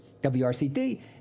WRCT